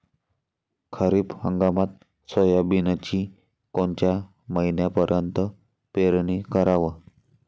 खरीप हंगामात सोयाबीनची कोनच्या महिन्यापर्यंत पेरनी कराव?